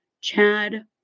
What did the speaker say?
Chad